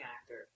actor